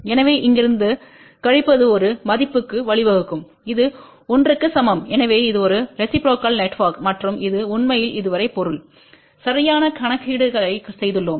எனவே இங்கிருந்து இங்கிருந்து கழிப்பது ஒரு மதிப்புக்கு வழிவகுக்கும் இது 1 க்கு சமம் எனவே இது ஒரு ரெசிப்ரோக்கல் நெட்வொர்க் மற்றும் இது உண்மையில் இதுவரை பொருள் சரியான கணக்கீடுகளைச் செய்துள்ளோம்